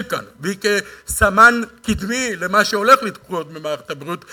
כאן והוא כסמן קדמי למה שהולך לקרות במערכת הבריאות,